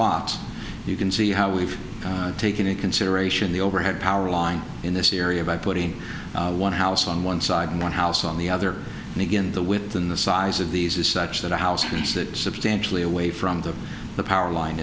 locks you can see how we've taken in consideration the overhead power line in this area by putting one house on one side and one house on the other and again the within the size of these is such that a house has that substantially away from the power line